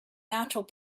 natural